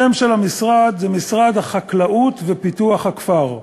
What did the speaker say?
השם של המשרד הוא משרד החקלאות ופיתוח הכפר,